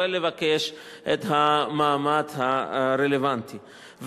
ולבקש את המעמד הרלוונטי.